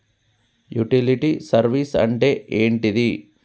Utility service అంటే ఏంటిది?